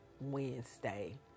Wednesday